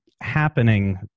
happening